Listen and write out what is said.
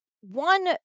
one